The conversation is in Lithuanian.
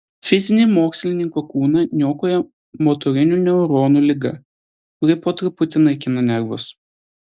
fizinį mokslininko kūną niokoja motorinių neuronų liga kuri po truputį naikina nervus